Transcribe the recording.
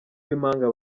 b’impanga